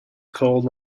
called